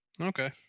okay